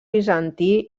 bizantí